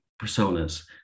personas